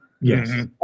Yes